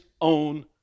own